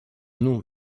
nom